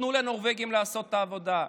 תנו לנורבגים לעשות את העבודה.